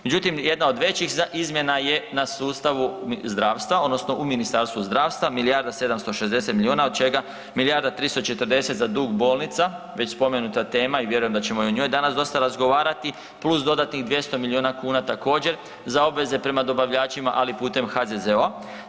Međutim jedna od većih izmjena je na sustavu zdravstva odnosno u Ministarstvu zdravstva milijarda 760 miliona od čega milijarda 340 za dug bolnica, već spomenuta tema i vjerujem da ćemo i o njoj danas dosta razgovarati plus dodatnih 200 milijuna kuna također za obveze prema dobavljačima, ali putem HZZO-a.